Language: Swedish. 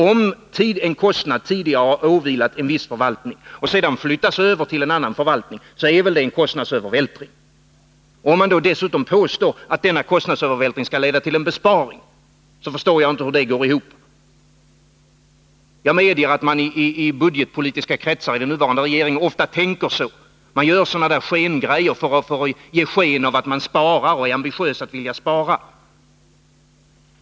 Om en kostnad tidigare har åvilat en viss förvaltning och man sedan flyttar över den till en annan förvaltning, är det väl en kostnadsövervältring? Och om man då dessutom påstår att denna kostnadsövervältring skall leda till en besparing, förstår jag inte hur det hela går ihop. Jag medger att man i budgetpolitiska kretsar i den nuvarande regeringen ofta tänker på detta sätt och vidtar åtgärder som ger sken av att man är ambitiös när det gäller att spara.